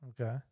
Okay